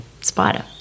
spider